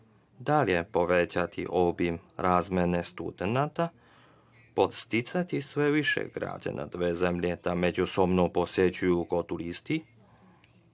Dalje, povećati obim razmene studenata. Podsticati što više građana dve zemlje da se međusobno posećuju kao turisti